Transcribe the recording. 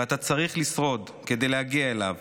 ואתה צריך לשרוד כדי להגיע אליו.